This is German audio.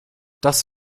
das